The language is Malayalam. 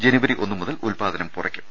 ജനുവരി ഒന്നുമുതൽ ഉത്പാദനം കുറയ്ക്കും